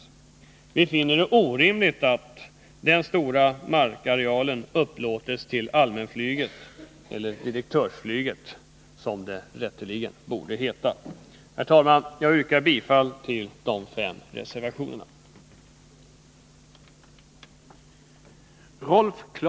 Vi finner det orimligt att denna stora markareal upplåts till allmänflyget, eller direktörsflyget, som det rätteligen borde heta. Herr talman! Jag yrkar bifall till de fem reservationerna.